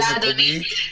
תודה, אדוני.